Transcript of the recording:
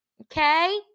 okay